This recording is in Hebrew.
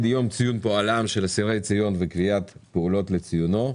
יום ציון פועלם של אסירי ציון וקביעת פעולות לציונו).